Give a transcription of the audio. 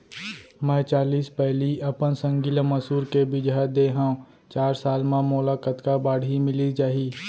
मैं चालीस पैली अपन संगी ल मसूर के बीजहा दे हव चार साल म मोला कतका बाड़ही मिलिस जाही?